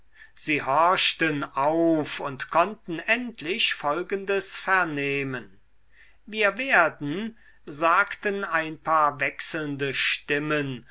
sie horchten auf und konnten endlich folgendes vernehmen wir werden sagten ein paar wechselnde stimmen